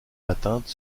atteinte